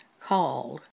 called